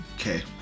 okay